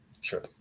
Sure